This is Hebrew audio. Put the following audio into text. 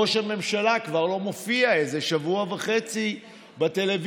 ראש הממשלה כבר לא מופיע איזה שבוע וחצי בטלוויזיה,